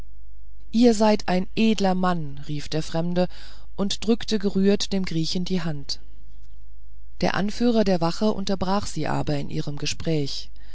ihr seid ein edler mann rief der fremde und drückte gerührt dem griechen die hand der anführer der wache unterbrach sie aber in ihrem gespräch